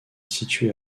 situé